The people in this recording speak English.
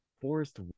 Forest